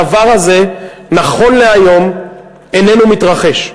הדבר הזה, נכון להיום, איננו מתרחש.